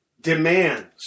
demands